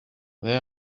there